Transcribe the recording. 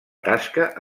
tasca